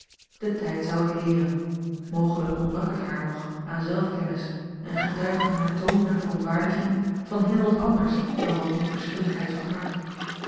de tijd zou het leeren mogelijk ontbrak het haar nog aan zelfkennis en getuigden haar toon en verontwaardiging van heel wat anders dan van onverschilligheid van hart